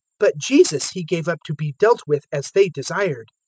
but jesus he gave up to be dealt with as they desired.